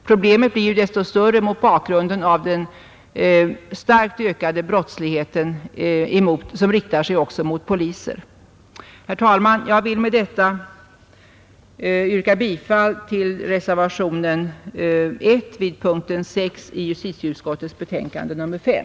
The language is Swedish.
Problemet blir ju desto större mot bakgrunden av den starkt ökade brottsligheten, som riktar sig också mot polisen. Herr talman! Jag vill med detta yrka bifall till reservationen 1 vid punkten 6 i justitieutskottets betänkande nr 5.